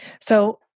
So-